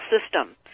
system